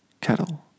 Kettle